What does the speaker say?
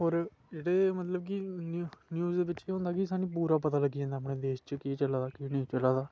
और एह्दे च मतलब की न्यूज दे बिच केह हंदा कि स्हानू पूरा पता लग्गी जंदा अपने देश च केह् चला दा केह् नेईं चला दा